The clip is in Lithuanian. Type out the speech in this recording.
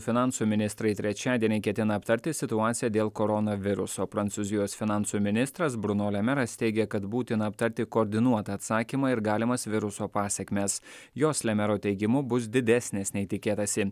finansų ministrai trečiadienį ketina aptarti situaciją dėl koronaviruso prancūzijos finansų ministras bruno le meras teigė kad būtina aptarti koordinuotą atsakymą ir galimas viruso pasekmes jos le mero teigimu bus didesnės nei tikėtasi